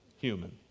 human